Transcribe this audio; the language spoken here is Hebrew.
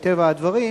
מטבע הדברים,